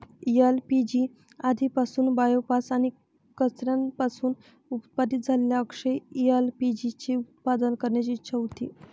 LPG आधीपासूनच biomass आणि कचऱ्यापासून उत्पादित झालेल्या अक्षय एल.पी.जी चे उत्पादन करण्याची इच्छा होती